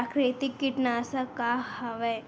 प्राकृतिक कीटनाशक का हवे?